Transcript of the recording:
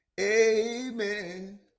Amen